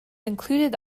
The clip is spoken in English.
included